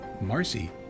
Marcy